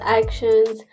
actions